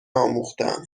آموختهام